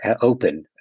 open